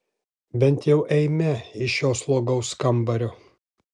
bent jau eime iš šio slogaus kambario